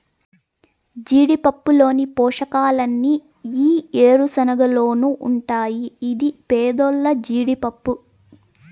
జీడిపప్పులోని పోషకాలన్నీ ఈ ఏరుశనగలోనూ ఉంటాయి ఇది పేదోల్ల జీడిపప్పు